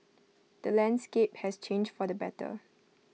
the landscape has changed for the better